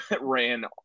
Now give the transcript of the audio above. ran